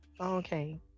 Okay